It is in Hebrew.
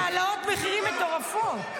יש העלאות מחירים מטורפות.